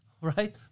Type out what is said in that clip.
right